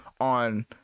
on